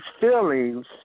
feelings